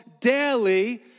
daily